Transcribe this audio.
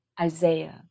Isaiah